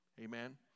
Amen